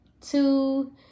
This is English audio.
two